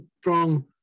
strong